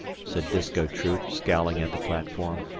said disko troop, scowling at the platform.